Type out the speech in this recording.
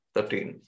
Thirteen